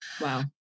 Wow